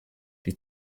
die